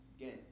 Again